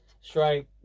strike